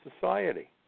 society